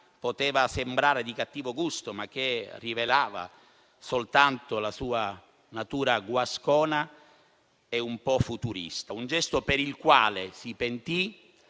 poteva sembrare di cattivo gusto, ma che rivelava soltanto la sua natura guascona e un po' futurista, un gesto per il quale si pentì